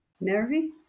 Mary